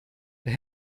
der